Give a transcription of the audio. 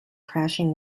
crashing